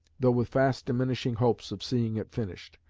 though with fast diminishing hopes of seeing it finished.